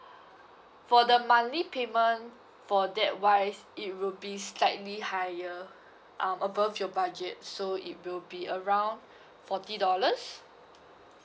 for the monthly payment for that wise it will be slightly higher um above your budget so it will be around forty dollars